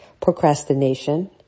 procrastination